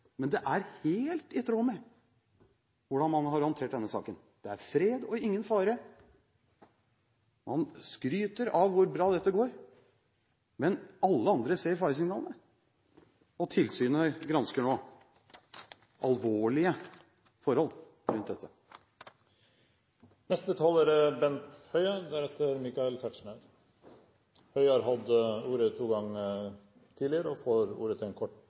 Men det er helt i tråd med hvordan man har håndtert denne saken. Det er fred og ingen fare. Man skryter av hvor bra dette går. Men alle andre ser faresignalene, og tilsynet gransker nå alvorlige forhold. Bent Høie har hatt ordet to ganger tidligere og får ordet til en kort